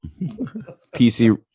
PC